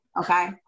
Okay